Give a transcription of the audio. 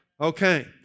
Okay